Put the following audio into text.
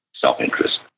self-interest